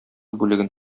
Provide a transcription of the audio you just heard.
бүлеген